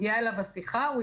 שמרבית